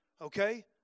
Okay